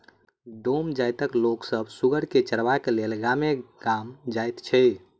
डोम जाइतक लोक सभ सुगर के चरयबाक लेल गामे गाम जाइत छै